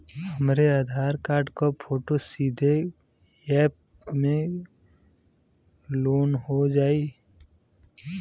हमरे आधार कार्ड क फोटो सीधे यैप में लोनहो जाई?